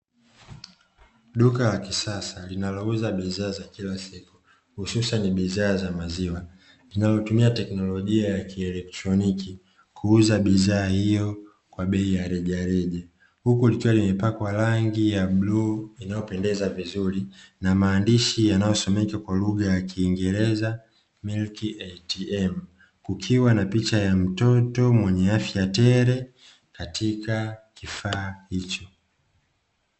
Duka la kisasa linalouza bidhaa za kila siku, hususani bidhaa za maziwa linalotumia teknolojia ya kielektroniki, kuuza bidhaa hiyo kwa bei ya rejareja. Huku likiwa limepakwa rangi ya bluu inayopendeza vizuri, na maandishi yanayosomeka kwa lugha ya kiingereza "Milki ATM" ,ukiwa na picha ya mtoto mwenye afya tele katika kifaa hicho.